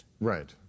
right